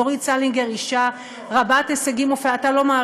דורית סלינגר, אישה רבת הישגים, אני לא.